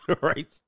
right